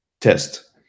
test